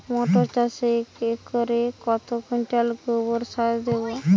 মটর চাষে একরে কত কুইন্টাল গোবরসার দেবো?